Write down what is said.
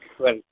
twelve